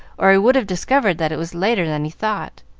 or he would have discovered that it was later than he thought.